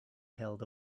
held